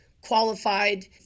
qualified